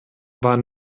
war